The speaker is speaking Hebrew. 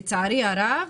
לצערי הרב,